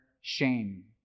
shame